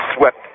swept